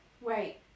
Wait